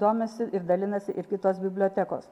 domisi ir dalinasi ir kitos bibliotekos